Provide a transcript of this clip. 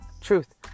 truth